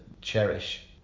cherish